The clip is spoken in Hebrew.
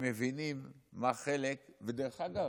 הם מבינים מה חלק, ודרך אגב,